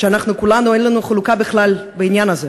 שאנחנו כולנו, אין לנו מחלוקת בכלל בעניין הזה.